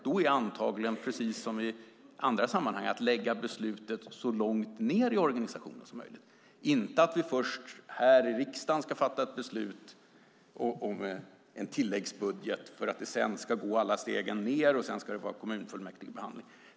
Då är antagligen lösningen, precis som i andra sammanhang, att lägga beslutet så långt ned i organisationen som möjligt, inte att riksdagen först ska fatta beslut om tilläggsbudget för att sedan gå alla stegen nedåt och sedan kommunfullmäktigebehandling.